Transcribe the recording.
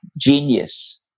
genius